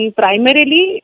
primarily